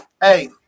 Hey